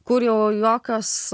kur jau jokios